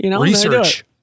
Research